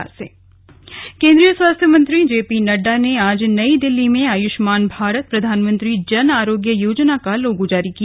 आयुष्मान भारत केंद्रीय स्वास्थ्य मंत्री जेपी नड्डा ने आज नई दिल्ली में आयुष्मान भारत प्रधानमंत्री जन आरोग्य योजना का लोगो जारी किया